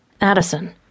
Addison